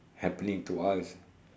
happening to us